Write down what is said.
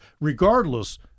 regardless